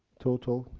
total.